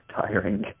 tiring